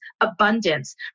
abundance